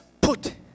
put